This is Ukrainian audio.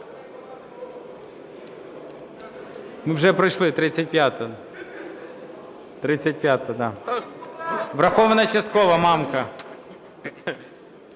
Ми вже пройшли 35-у врахована частково. Мамка.